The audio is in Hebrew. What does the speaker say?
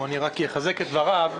אני אחזק את דבריו.